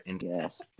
Yes